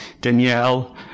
Danielle